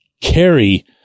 carry